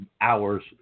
hours